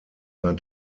sein